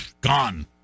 gone